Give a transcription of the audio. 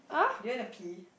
do you wanna pee